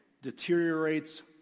Deteriorates